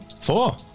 Four